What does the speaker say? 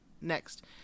next